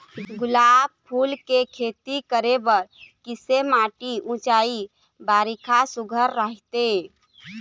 गुलाब फूल के खेती करे बर किसे माटी ऊंचाई बारिखा सुघ्घर राइथे?